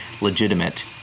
legitimate